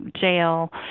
jail